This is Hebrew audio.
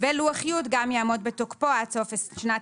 ולוח י' גם יעמוד בתוקפו עד סוף שנת